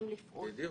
ועדיף.